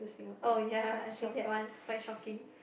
oh ya I think that one quite shocking